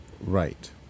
Right